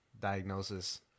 diagnosis